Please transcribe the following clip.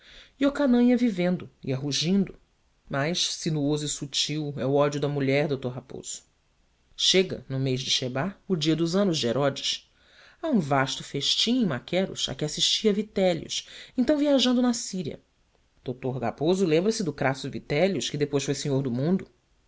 está iocanã ia vivendo ia rugindo mas sinuoso e sutil é o ódio da mulher d raposo chega no mês de esquema o dia dos anos de herodes há um vasto festim em maqueros a que assistia vitélio então viajando na síria d raposo lembra-se do crasso vitélio que depois foi senhor do mundo